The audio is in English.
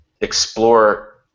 explore